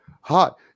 Hot